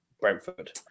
Brentford